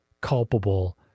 culpable